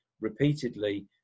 repeatedly